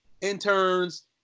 interns